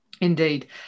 indeed